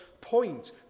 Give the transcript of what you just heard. point